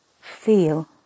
feel